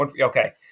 Okay